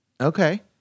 Okay